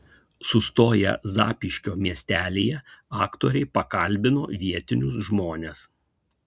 sustoję zapyškio miestelyje aktoriai pakalbino vietinius žmones